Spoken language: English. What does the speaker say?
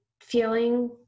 feeling